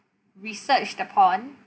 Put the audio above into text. research upon